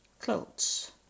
clothes